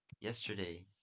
Yesterday